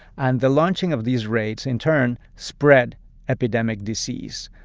and the launching of these raids in turn spread epidemic disease.